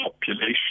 population